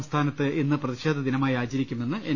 സംസ്ഥാനത്ത് ഇന്ന് പ്രതിഷേധ ദിനമായി ആചരിക്കുമെന്ന് എൻ